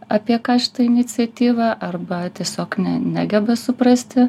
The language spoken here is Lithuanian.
apie ką šita iniciatyva arba tiesiog ne negeba suprasti